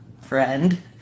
friend